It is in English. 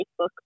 Facebook